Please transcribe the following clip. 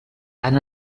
han